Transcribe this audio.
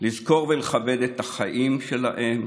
לזכור ולכבד את החיים שלהם,